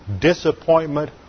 disappointment